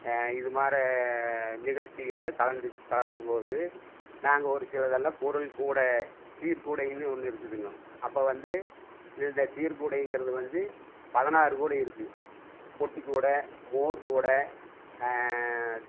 இதுமாரி நிகழ்ச்சிகளில் கலந்து கலக்கும்போது நாங்கள் ஒரு சிலதெல்லாம் பொருள் கூடை சீர் கூடைன்னு ஒன்று இருக்குதுங்க அப்போ வந்து இந்த சீர் கூடைங்கிறது வந்து பதினாறுக் கூடை இருக்கு பொட்டி கூடை மோர் கூடை